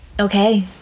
okay